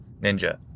Ninja